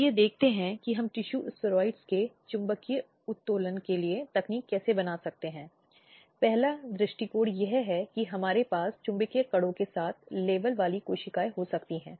इसलिए जब हम रिश्तेदार की बात कर रहे हैं तो यह न केवल पति हो सकता है बल्कि यह पति का रिश्तेदार एक पुरुष हो सकता है लेकिन यह महिला रिश्तेदार का भी हो सकती हैं